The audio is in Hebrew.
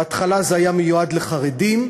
בהתחלה זה היה מיועד לחרדים.